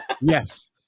Yes